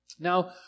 Now